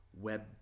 web